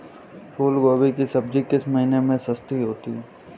फूल गोभी की सब्जी किस महीने में सस्ती होती है?